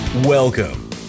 Welcome